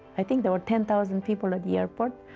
i think there were ten thousand people at the airport,